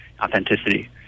authenticity